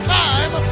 time